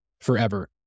forever